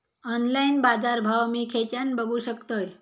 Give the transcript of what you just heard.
Online बाजारभाव मी खेच्यान बघू शकतय?